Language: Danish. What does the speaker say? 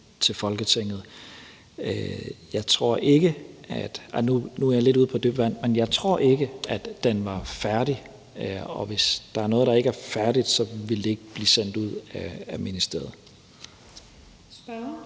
jeg lidt ude på dybt vand – at den var færdig, og hvis der er noget, der ikke er færdigt, vil det ikke blive sendt ud af ministeriet.